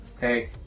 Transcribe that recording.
Hey